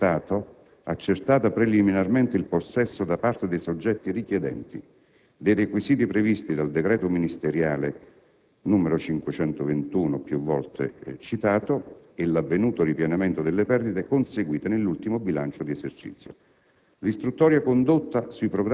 senza ulteriori oneri per lo Stato, accerta preliminarmente il possesso, da parte dei soggetti richiedenti, dei requisiti previsti dal decreto ministeriale n. 521 del 1997 e l'avvenuto ripianamento delle perdite conseguite nell'ultimo bilancio di esercizio.